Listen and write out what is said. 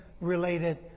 related